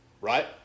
Right